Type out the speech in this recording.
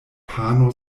pano